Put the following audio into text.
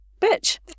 bitch